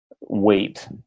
weight